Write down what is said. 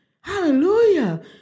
Hallelujah